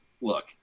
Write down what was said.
Look